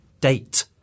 date